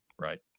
Right